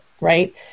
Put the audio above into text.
right